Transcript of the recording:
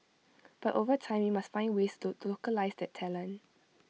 but over time we must find ways to localise that talent